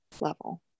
level